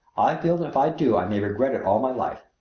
i feel that if i do i may regret it all my life.